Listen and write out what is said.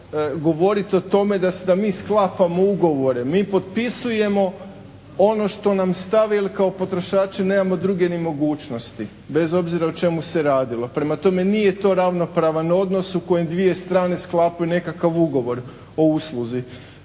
govorite o tome da mi sklapamo ugovore. Mi potpisujemo ono što nam stave ili kao potrošači nemamo druge ni mogućnosti, bez obzira o čemu se radilo. Prema tome, nije to ravnopravan odnos u kojem dvije strane sklapaju nekakav ugovor o usluzi.